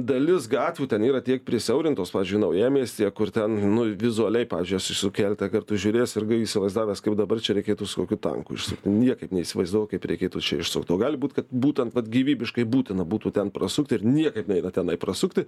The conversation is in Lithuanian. dalis gatvių ten yra tiek prisiaurintos pavyzdžiui naujamiestyje kur ten nu vizualiai pavyzdžiui aš esu keletą kartų žiūrės ir įsivaizdavęs kaip dabar čia reikėtų su kokiu tanku išsukti niekaip neįsivaizduoju kaip reikėtų čia išsukt o gali būti kad būtent vat gyvybiškai būtina būtų ten prasukti ir niekaip neina tenai prasukti